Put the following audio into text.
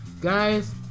Guys